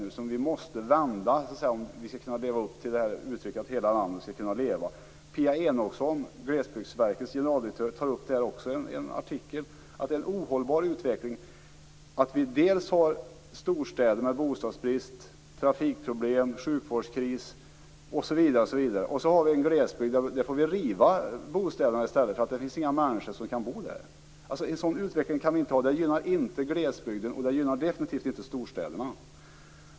Denna måste vändas, om vi skall kunna svara mot mottot att hela landet skall leva. Pia Enochsson, Glesbygdsverkets generaldirektör, tar i en artikel upp att det är en ohållbar utveckling att vi dels i storstäderna har bostadsbrist, trafikproblem, sjukvårdskris osv., dels har en glesbygd där vi får riva bostäderna därför att människor inte kan bo där. En sådan utveckling kan vi inte ha. Den gynnar inte glesbygden och definitivt inte storstäderna.